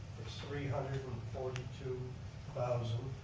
it's three hundred and forty two thousand.